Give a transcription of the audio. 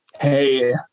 Hey